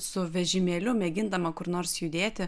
su vežimėliu mėgindama kur nors judėti